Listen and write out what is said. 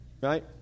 Right